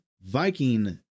Viking